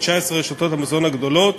ל-19 רשתות המזון הגדולות,